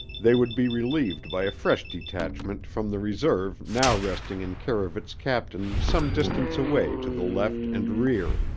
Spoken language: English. they would be relieved by a fresh detachment from the reserve now resting in care of its captain some distance away to the left and rear.